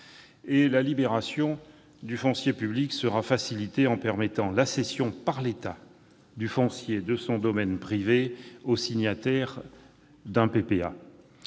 La libération du foncier public sera facilitée grâce à la cession par l'État du foncier de son domaine privé aux signataires d'un PPA.